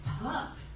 tough